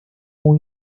muy